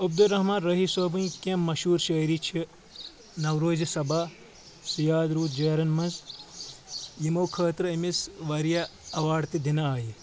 عبدالرحمٰن رٲہی صٲبٕنۍ کینٛہہ مشہوٗر شٲعری چھِ نوروزِ صبا سِیاد روٗد جیٚرَن منٛز یِِمَو خٲطرٕ أمِس واریاہ اواڑ تہِ دِنہٕ آیہِ